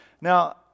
Now